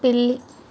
పిల్లి